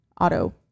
auto